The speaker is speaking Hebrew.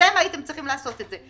אתם הייתם אמורים עשות את זה.